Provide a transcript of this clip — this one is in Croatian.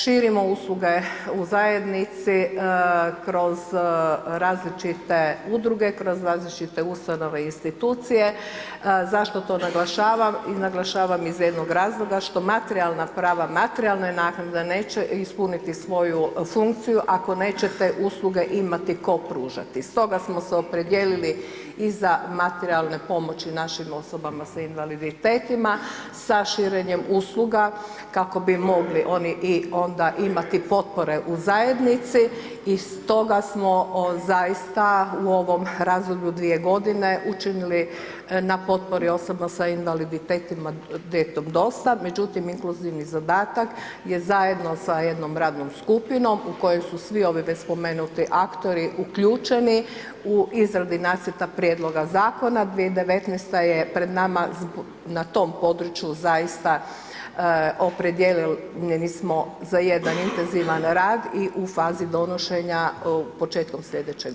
Širimo usluge u zajednici kroz različite udruge, kroz različite ustanove i institucije, zašto to naglašavam, naglašavam iz jednog razloga, što materijalna prava, materijalna naknada neće ispuniti svoju funkciju ako neće te usluge imati tko pružati stoga smo se opredijelili i za materijalne pomoći našim osobama sa invaliditetima, sa širenjem usluga kako bi mogli i onda imati potpore u zajednici i stoga smo zaista u ovom razdoblju dvije godine učinili na potpori osobno sa invaliditetima gdje je toga dosta, međutim, inkluzivni zadatak je zajedno sa jednom radnom skupinom u kojem su svi ovi već spomenuti aktori uključeni u izradi nacrta prijedloga Zakona, 2019.-ta je pred nama na tom području zaista opredijeljeni smo za jedan intenzivan rad i u fazi donošenja početkom slijedeće godine.